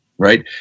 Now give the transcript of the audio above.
Right